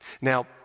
Now